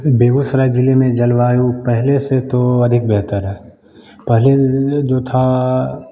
बेगुसराय ज़िले में जलवायु पहले से तो अधिक बेहतर है पहले जो था